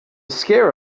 scare